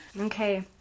Okay